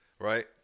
Right